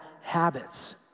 habits